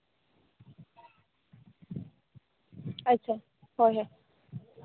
ᱟᱪᱪᱷᱟ ᱦᱳᱭ ᱦᱳᱭ